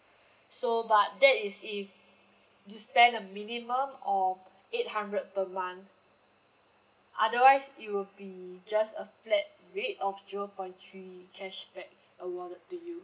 so but that is if you spend a minimum of eight hundred per month otherwise it will be just a flat rate of zero point three cashback awarded to you